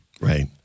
Right